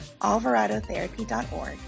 AlvaradoTherapy.org